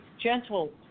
gentle